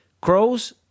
crows